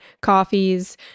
coffees